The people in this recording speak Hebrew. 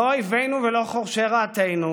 לא אויבינו ולא חורשי רעתנו.